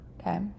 Okay